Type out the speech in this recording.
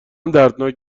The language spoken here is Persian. دردناک